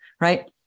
right